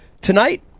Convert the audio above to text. Tonight